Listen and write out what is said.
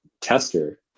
tester